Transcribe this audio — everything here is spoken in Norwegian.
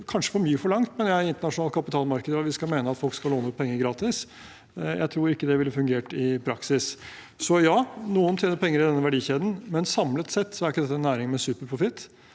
kanskje for mye forlangt, mener jeg, i det internasjonale kapitalmarkedet at vi skal mene at folk skal låne ut penger gratis. Jeg tror ikke det ville fungert i praksis. Ja, noen tjener penger i denne verdikjeden, men samlet sett er ikke dette en næring med superprofitt.